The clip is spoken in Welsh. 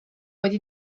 wedi